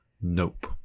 Nope